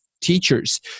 teachers